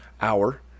hour